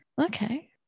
Okay